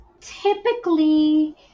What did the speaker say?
Typically